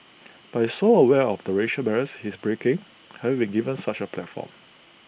but he's so aware of the racial barriers he's breaking having been given such A platform